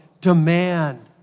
demand